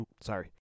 Sorry